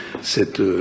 cette